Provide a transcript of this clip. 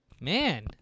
Man